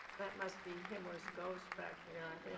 that must be himmler's ghost back there, i